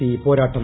C പോരാട്ടം